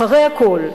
אחרי הכול,